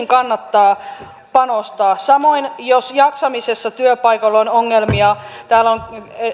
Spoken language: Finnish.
kannattaa panostaa samoin jos jaksamisessa työpaikoilla on ongelmia täällä on